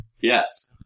Yes